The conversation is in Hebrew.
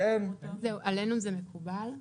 עלינו זה מקובל,